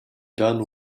done